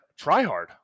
tryhard